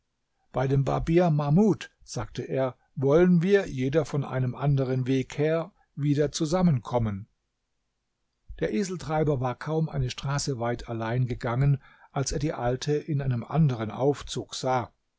bei dem barbier mahmud sagte er wollen wir jeder von einem anderen weg her wieder zusammenkommen der eseltreiber war kaum eine straße weit allein gegangen als er die alte in einem anderen aufzug sah